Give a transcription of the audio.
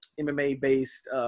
mma-based